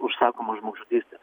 užsakomas žmogžudystes